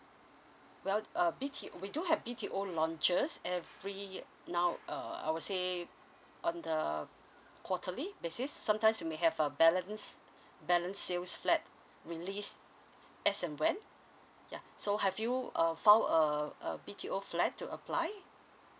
well uh B T we do have B_T_O launches every now uh I would say on the quarterly basis sometimes you may have a balance balance sales flat release as and when yeah so have you err found err a B_T_O flat to apply